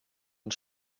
mit